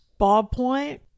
ballpoint